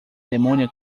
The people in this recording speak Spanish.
demonio